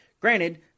granted